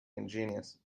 ingenious